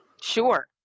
Sure